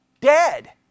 Dead